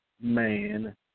man